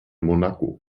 monaco